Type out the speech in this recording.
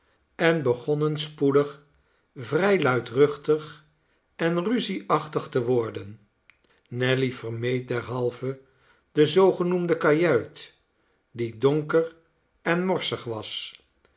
en begonnen spoedig vrij luidruchtig en ruzieachtig te worden nelly vermeed derhalve de zoogenoemde kajuit die donker en morsig was